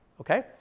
Okay